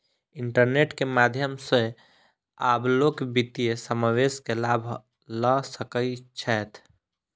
internet के माध्यम सॅ आब लोक वित्तीय समावेश के लाभ लअ सकै छैथ